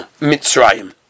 Mitzrayim